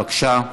בבקשה,